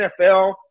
NFL